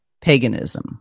paganism